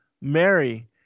Mary